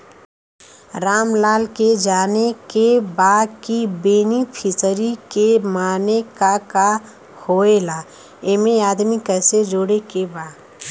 रामलाल के जाने के बा की बेनिफिसरी के माने का का होए ला एमे आदमी कैसे जोड़े के बा?